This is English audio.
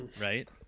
Right